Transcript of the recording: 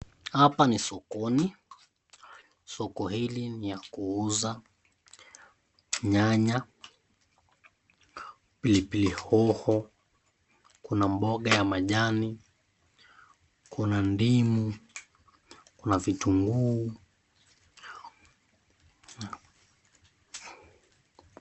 Hapa ni sokoni, soko hili ni ya kuuza nyanya, pilipili hoho, kuna mboga ya majani, kuna ndimu na vitunguu.